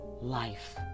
life